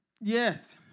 yes